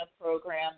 program